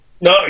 No